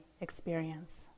experience